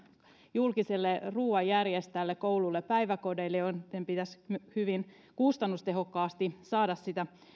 julkisille ruuanjärjestäjille kouluille ja päiväkodeille joitten pitäisi hyvin kustannustehokkaasti saada